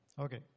Okay